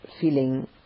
feeling